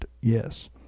Yes